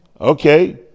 Okay